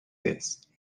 this